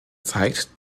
zeigt